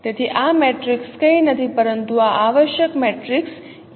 તેથી આ મેટ્રિક્સ કંઈ નથી પરંતુ આ આવશ્યક મેટ્રિક્સ E છે